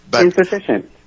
Insufficient